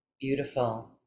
Beautiful